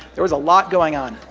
there was a lot going on.